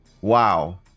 Wow